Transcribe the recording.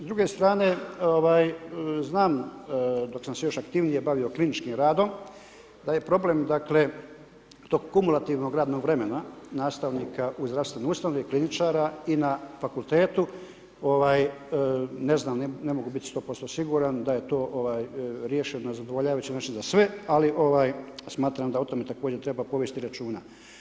S druge strane znam dok sam se još aktivnije bavio kliničkim radom, da je problem tog kumulativnog radnog vremena, nastavnika u zdravstvenoj ustanovi, kliničara i na fakultetu, ovaj, ne znam, ne mogu biti 100% siguran da je to riješeno na zadovoljavajući način za sve, ali smatram da o tome također treba provesti računa.